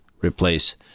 replace